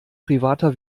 privater